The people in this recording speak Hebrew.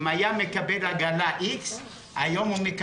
אם בעבר היה מקבל עגלה X,